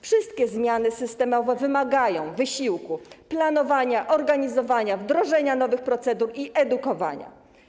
Wszystkie zmiany systemowe wymagają wysiłku, planowania, organizowania, wdrożenia nowych procedur i edukowania.